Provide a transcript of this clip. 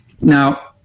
Now